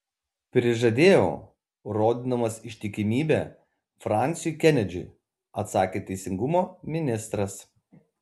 prižadėjau rodydamas ištikimybę fransiui kenedžiui atsakė teisingumo ministras